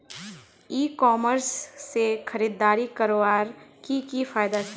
ई commerce से खरीदारी करवार की की फायदा छे?